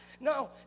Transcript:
No